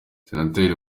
senateri